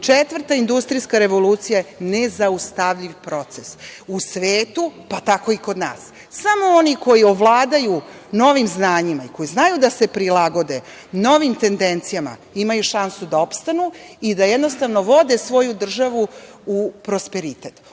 Četvrta industrijska revolucija je nezaustavljiv proces u svetu, pa tako i kod nas. Samo oni koji ovladaju novim znanjima i koji znaju da se prilagode novim tendencijama, imaju šansu da opstanu i da jednostavno vode svoju državu u prosperitet.